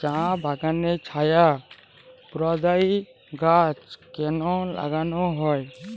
চা বাগানে ছায়া প্রদায়ী গাছ কেন লাগানো হয়?